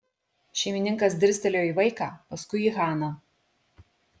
šeimininkas dirstelėjo į vaiką paskui į haną